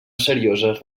serioses